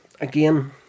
again